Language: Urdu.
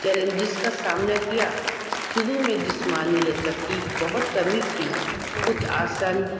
چیلنجز کا سامنا کیا شروع میں جسمانی لچک کی بہت کمی تھی کچھ آسن